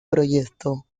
proyecto